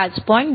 21 बरोबर